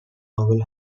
noble